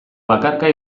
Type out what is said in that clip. bakarka